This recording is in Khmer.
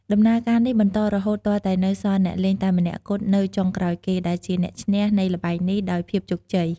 ដំណើរការនេះបន្តរហូតទាល់តែនៅសល់អ្នកលេងតែម្នាក់គត់នៅចុងក្រោយគេ ដែលជាអ្នកឈ្នះ នៃល្បែងនេះដោយភាពជោគជ័យ។